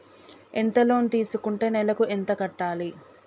ఎంత లోన్ తీసుకుంటే నెలకు ఎంత కట్టాలి?